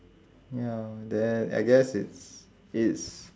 ya then I guess it's it's